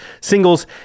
singles